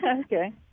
Okay